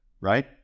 right